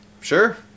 Sure